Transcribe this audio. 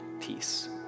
peace